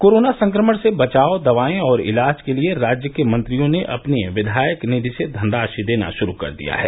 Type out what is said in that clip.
corona संक्रमण से बचाव दवाएं और इलाज के लिए राज्य के मंत्रियों ने अपनी विधायक निधि से धनराशि देना शुरू कर दिया है